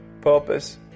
purpose